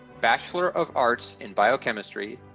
bachelor of arts in biochemistry.